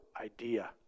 idea